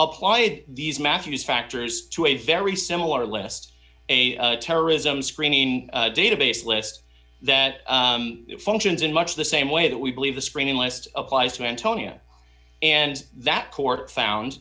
applied these matthews factors to a very similar list a terrorism screening database list that functions in much the same way that we believe the screening last applies to antonia and that court found